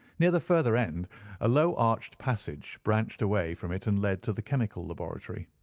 near the further end a low arched passage branched away from it and led to the chemical laboratory.